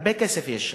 הרבה כסף יש שם.